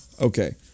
okay